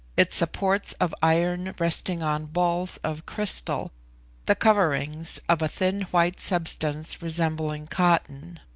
its supports of iron resting on balls of crystal the coverings, of a thin white substance resembling cotton.